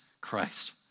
Christ